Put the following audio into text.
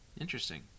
Interesting